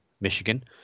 Michigan